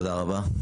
תודה רבה.